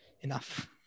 enough